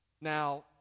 Now